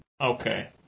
Okay